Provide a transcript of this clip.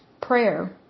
Prayer